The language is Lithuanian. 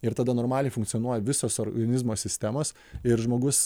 ir tada normaliai funkcionuoja visos organizmo sistemos ir žmogus